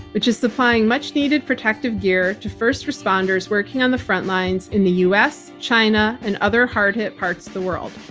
which is supplying much needed protective gear to first responders working on the front lines in the us, china, and other hard hit parts of the world.